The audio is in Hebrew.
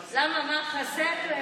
למה, מה, חסר?